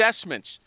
assessments